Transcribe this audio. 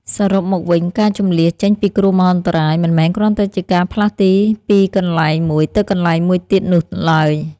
សរុបមកវិញ ការជម្លៀសចេញពីគ្រោះមហន្តរាយមិនមែនគ្រាន់តែជាការផ្លាស់ទីពីកន្លែងមួយទៅកន្លែងមួយទៀតនោះឡើយ។